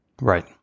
Right